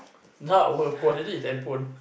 now will phone you see is handphone